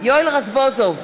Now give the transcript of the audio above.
יואל רזבוזוב,